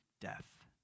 death